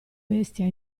bestia